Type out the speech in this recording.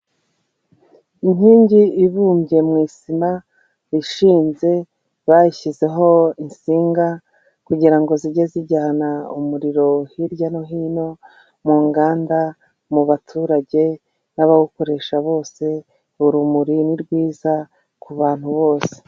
Inkingi ibumbye mu isima ishinze, bayishyizeho insinga kugira ngo zijye zijyana umuriro hirya no hino, mu nganda, mu baturage n'abawukoresha bose, urumuri ni rwiza ku bantu bose.